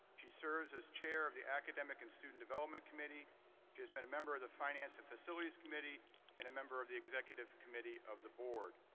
she serves as chair of the academic and student development committee. she has been a member of the finance and facilities committee and a member of the executive committee of the board.